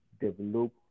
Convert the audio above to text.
develop